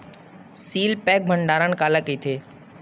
Seal pack भंडारण काला कइथे?